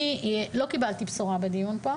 אני לא קיבלתי בשורה בדיון הזה.